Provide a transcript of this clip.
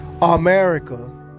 America